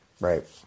Right